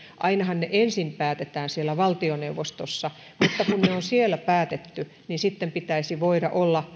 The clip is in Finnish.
ainahan ne ensin päätetään valtioneuvostossa mutta kun ne on siellä päätetty niin sitten pitäisi olla